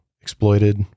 exploited